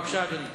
בבקשה, אדוני.